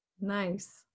Nice